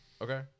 Okay